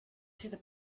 through